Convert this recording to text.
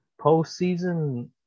postseason